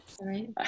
right